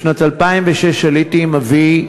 בשנת 2006 עליתי עם אבי,